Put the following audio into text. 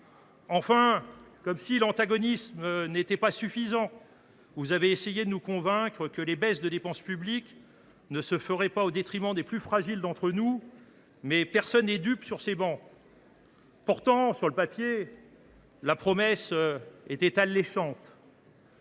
Enfin, comme si l’incohérence n’était pas suffisance, vous avez essayé de nous convaincre que les réductions de dépenses publiques ne se feraient pas au détriment des plus fragiles d’entre nous. Mais, sur ces travées, personne n’est dupe. Pourtant, sur le papier, la promesse était alléchante.